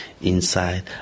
inside